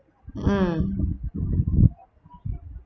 mm